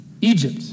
Egypt